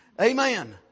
Amen